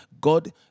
God